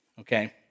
okay